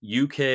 UK